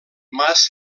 mas